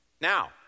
Now